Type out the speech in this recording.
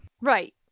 right